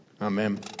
Amen